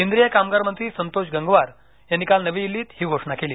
केंद्रीय कामगार मंत्री संतोष गंगवार यांनी काल नवी दिल्लीत ही घोषणा केली